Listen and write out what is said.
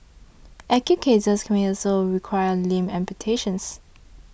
acute cases may also require limb amputations